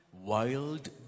wild